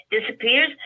disappears